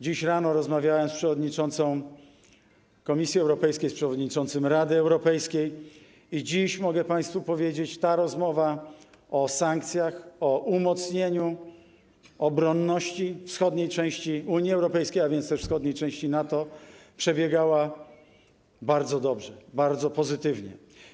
Dziś rano rozmawiałem z przewodniczącą Komisji Europejskiej, z przewodniczącym Rady Europejskiej i dziś mogę państwu powiedzieć, że ta rozmowa o sankcjach, o umocnieniu obronności wschodniej części Unii Europejskiej, a więc też wschodniej części NATO, przebiegała bardzo dobrze, bardzo pozytywnie.